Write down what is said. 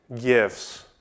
gifts